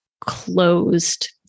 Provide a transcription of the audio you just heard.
closed